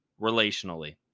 relationally